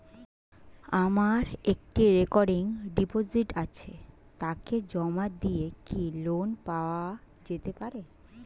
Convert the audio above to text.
আমার একটি recurring deposit আছে তাকে জমা দিয়ে কি লোন পাওয়া যেতে পারে?